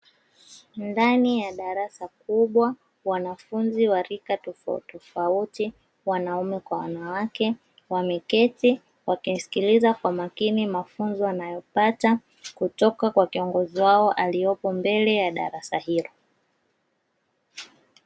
Ndani ya darasa kubwa, wanafunzi wa rika tofauti tofauti, wanaume kwa wanawake wameketi wakimsikiliza kwa makini mafunzo wanayopata kutoka kwa kiongozi wao aliyepo mbele ya darasa hilo.